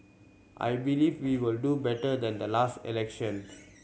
I believe we will do better than the last election